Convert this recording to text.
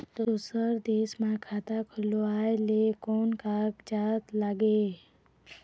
दूसर देश मा खाता खोलवाए ले कोन कागजात लागेल?